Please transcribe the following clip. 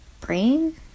brain